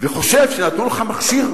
וחושב שנתנו לך מכשיר,